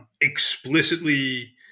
explicitly